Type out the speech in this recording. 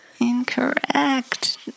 Incorrect